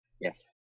yes